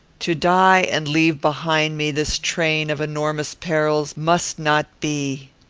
to die, and leave behind me this train of enormous perils, must not be.